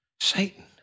Satan